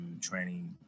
training